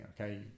okay